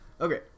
Okay